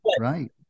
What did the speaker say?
Right